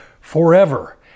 forever